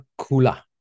Kula